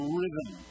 rhythm